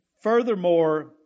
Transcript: furthermore